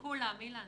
כולם.